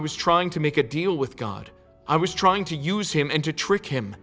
was trying to make a deal with god i was trying to use him and to trick him